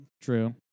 True